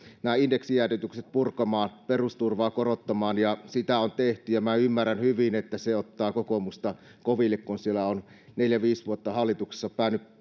nämä indeksijäädytykset purkamaan ja perusturvaa korottamaan ja sitä on tehty ymmärrän hyvin että se ottaa kokoomusta koville kun siellä on neljä viisi vuotta hallituksessa